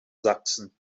sachsen